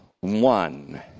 one